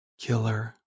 killer